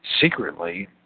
secretly